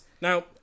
now